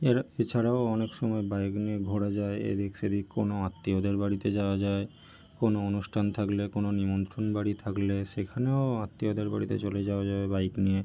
এর এছাড়াও অনেক সময় বাইক নিয়ে ঘোরা যায় এদিক সেদিক কোনো আত্মীয়দের বাড়িতে যাওয়া যায় কোনো অনুষ্ঠান থাকলে কোনো নিমন্ত্রণ বাড়ি থাকলে সেখানেও আত্মীয়দের বাড়িতে চলে যাওয়া যায় বাইক নিয়ে